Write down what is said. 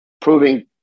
proving